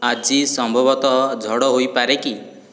ଆଜି ସମ୍ଭବତଃ ଝଡ଼ ହୋଇପାରେ କି